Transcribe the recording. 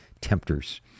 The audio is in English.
tempters